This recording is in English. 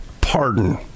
pardon